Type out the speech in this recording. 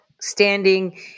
standing